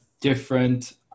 different